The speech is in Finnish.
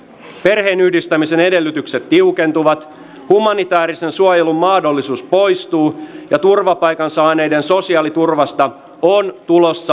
perheenyhdistämisen edellytykset tiukentuvat humanitäärisen suojelun mahdollisuus poistuu ja turvapaikan saaneiden sosiaaliturvasta on tulossa vastikkeellista